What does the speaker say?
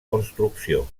construcció